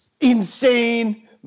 insane